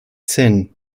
sin